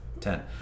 ten